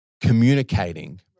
communicating